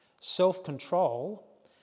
self-control